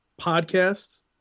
Podcasts